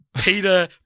Peter